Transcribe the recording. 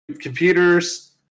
computers